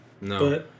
No